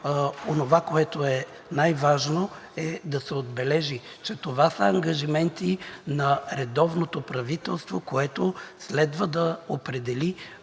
онова, което е най-важно, е да се отбележи, че това са ангажименти на редовното правителство, което следва да определи